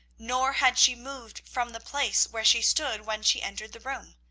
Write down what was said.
nor had she moved from the place where she stood when she entered the room.